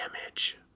damage